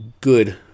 good